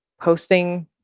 posting